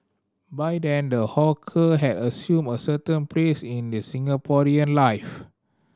by then the hawker had assumed a certain place in the Singaporean life